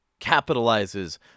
capitalizes